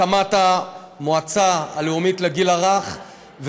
הקמת המועצה הלאומית לגיל הרך,